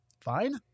fine